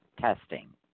testing